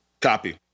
Copy